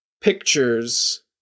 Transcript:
pictures